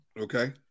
okay